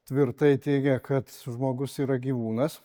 tvirtai teigia kad žmogus yra gyvūnas